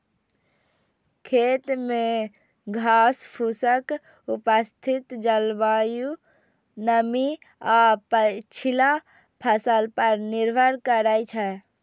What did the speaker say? खेत मे घासफूसक उपस्थिति जलवायु, नमी आ पछिला फसल पर निर्भर करै छै